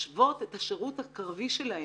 ולהשוות את השירות הקרבי שלהן